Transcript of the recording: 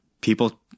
People